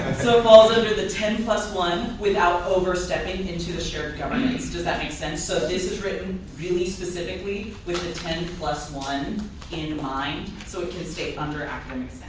so falls under the ten plus one without overstepping into the shared governance. does that make sense? so this is written really specifically with the ten plus one in mind so it can stay under academic